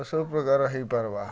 ସବୁପ୍ରକାର ହେଇପାର୍ବା